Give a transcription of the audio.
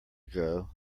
ago